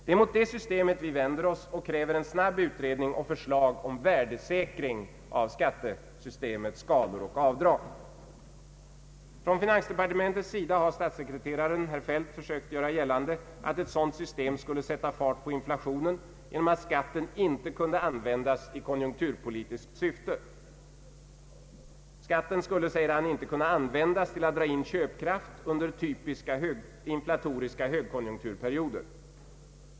Det är mot detta system vi vänder oss och kräver en snabb utredning och förslag om värdesäkring av skattesystemets skalor och avdrag. Från finansdepartementets sida har statssekreterare Feldt försökt göra gällande att ett sådant system skulle sätta fart på inflationen genom att skatten inte kunde användas i konjunkturpolitiskt syfte. Skatten skulle, säger han, inte kunna användas till att dra in köpkraft under typiska inflatoriska högkonjunkturperioder.